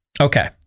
Okay